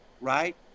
right